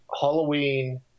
Halloween